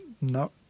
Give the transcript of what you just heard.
no